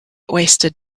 wasted